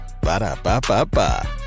ba-da-ba-ba-ba